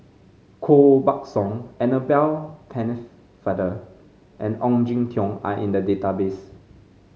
Koh Buck Song Annabel Pennefather and Ong Jin Teong are in the database